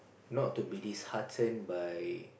not to be disheartened by